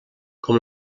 com